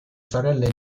sorelle